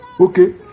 Okay